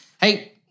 hey